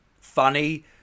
funny